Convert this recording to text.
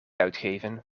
uitgeven